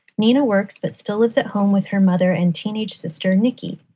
nina works, but still lives at home with her mother and teenage sister, nikki.